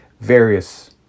various